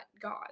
God